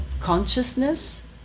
consciousness